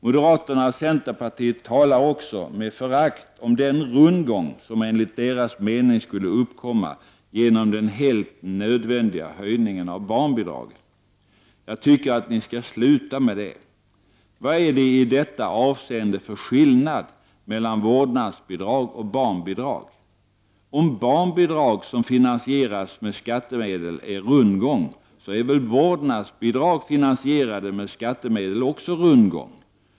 Moderaterna och centerpartiet talar också med förakt om den rundgång som enligt deras mening skulle uppkomma genom den helt nödvändiga höjningen av barnbidraget. Jag tycker att ni skall sluta med det. Vad är det i detta avseende för skillnad mellan vårdnadsbidrag och barnbidrag? Om barnbidrag som finansieras med skattemedel är rundgång, är väl vårdnadsbidrag finansierade med skattemedel också rundgång?